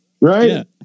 right